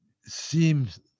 seems